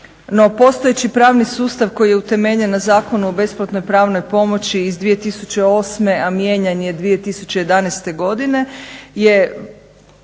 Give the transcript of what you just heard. No, postojeći pravni sustav koji je utemeljen na Zakonu o besplatnoj pravnoj pomoći iz 2008., a mijenjan je 2011. godine je